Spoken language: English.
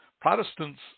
Protestants